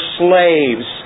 slaves